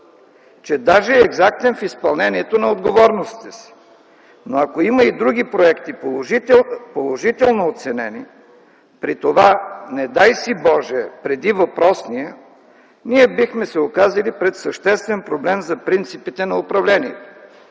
че даже екзактен в изпълнението на отговорностите си. Но ако има и други проекти, положително оценени, при това, не дай Боже преди въпросния, ние бихме се оказали пред съществен проблем за принципите на управление.